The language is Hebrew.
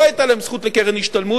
לא היתה להם זכות לקרן השתלמות,